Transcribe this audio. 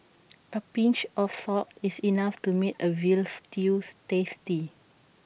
A pinch of salt is enough to make A Veal Stew tasty